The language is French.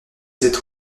cette